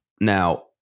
Now